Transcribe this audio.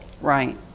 right